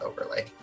overlay